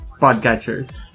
podcatchers